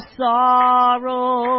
sorrow